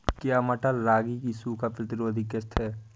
क्या मटर रागी की सूखा प्रतिरोध किश्त है?